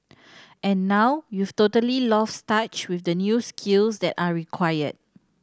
and now you've totally lost touch with the new skills that are required